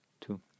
two